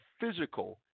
physical